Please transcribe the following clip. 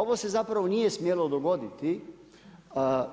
Ovo se zapravo nije smjelo dogoditi